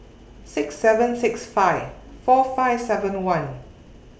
six seven six five four five seven one